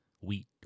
Wheat